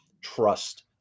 trust